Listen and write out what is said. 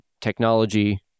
technology